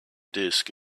disk